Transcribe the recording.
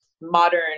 modern